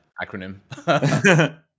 acronym